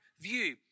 view